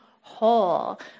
whole